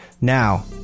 Now